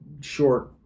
short